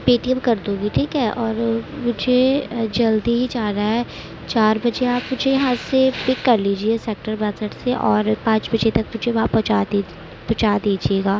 پے T M کر دوں گی ٹھیک ہے اور مجھے جلدی ہی جانا ہے چار بجے آپ مجھے یہاں سے پک کر لیجیے سیکٹر باسٹھ سے اور پانچ بجے تک مجھے وہاں پہنچا پہنچا دیجیے گا